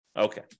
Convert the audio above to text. Okay